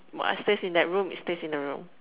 what stays in that room stays in the room